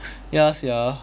ya sia